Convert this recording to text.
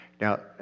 Now